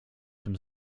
tym